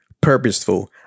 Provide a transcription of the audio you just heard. purposeful